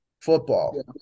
football